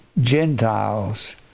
Gentiles